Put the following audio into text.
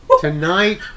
tonight